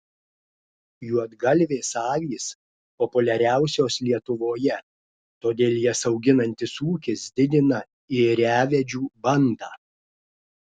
juodgalvės avys populiariausios lietuvoje todėl jas auginantis ūkis didina ėriavedžių bandą